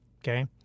Okay